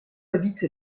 habite